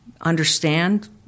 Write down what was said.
Understand